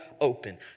open